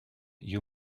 you